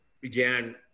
began